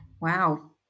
Wow